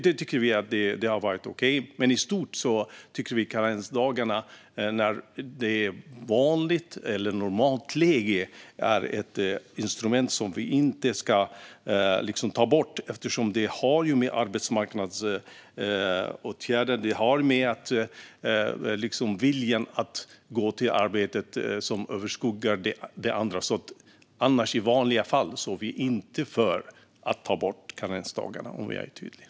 Det tycker vi har varit okej. Men i stort tycker vi att karensdagen i ett normalt läge är ett instrument som inte ska tas bort. Det är en arbetsmarknadsåtgärd som har med viljan att gå till arbetet att göra och som överskuggar det andra. I vanliga fall är vi alltså inte för att karensdagen ska tas bort.